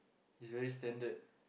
is very standard